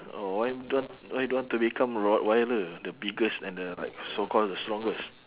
oh why don't why don't want to become rottweiler the biggest and the like so call the strongest